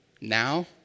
now